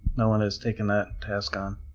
no one has taken that task on.